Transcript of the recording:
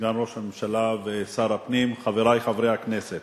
סגן ראש הממשלה ושר הפנים, חברי חברי הכנסת,